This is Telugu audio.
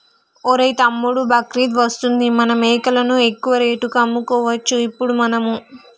ఒరేయ్ తమ్ముడు బక్రీద్ వస్తుంది మన మేకలను ఎక్కువ రేటుకి అమ్ముకోవచ్చు ఇప్పుడు మనము